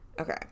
Okay